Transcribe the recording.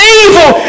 evil